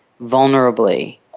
vulnerably